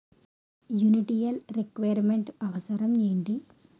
Initial requirement అవసరం ఎంటి?